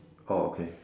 oh okay